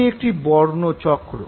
এটি একটি বর্ণচক্র